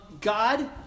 God